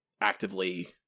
actively